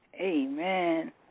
Amen